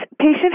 patient